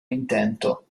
intento